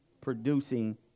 Producing